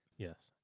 yes.